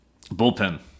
Bullpen